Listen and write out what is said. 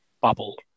bubble